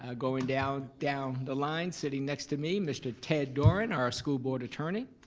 ah going down down the line sitting next to me, mr. ted doran, our school board attorney.